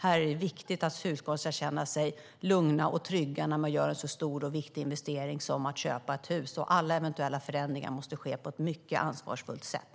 Det är viktigt att hushållen känner sig lugna och trygga när de gör en så stor och viktig investering som att köpa ett hus. Alla eventuella förändringar måste ske på ett mycket ansvarsfullt sätt.